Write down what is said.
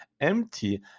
empty